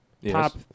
Yes